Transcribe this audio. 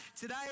Today